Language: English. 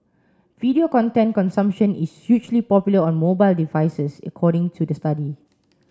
video content consumption is hugely popular on mobile devices according to the study